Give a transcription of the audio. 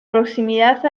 proximidad